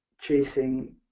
chasing